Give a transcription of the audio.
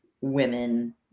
women